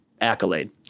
accolade